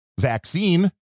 vaccine